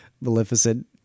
Maleficent